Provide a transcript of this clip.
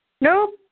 Nope